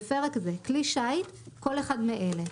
בפרק זה, "כלי שיט" - כל אחד מאלה: